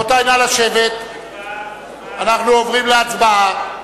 אנחנו עוברים להצבעה.